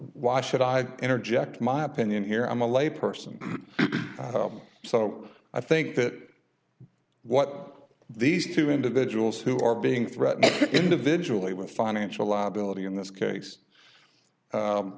why should i interject my opinion here i'm a lay person so i think that what these two individuals who are being threatened individually with financial liability in this case